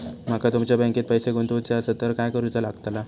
माका तुमच्या बँकेत पैसे गुंतवूचे आसत तर काय कारुचा लगतला?